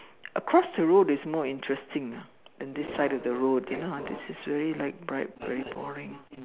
across the road is more interesting ah than this side of the road you know I don't necessary like bright very boring